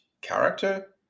character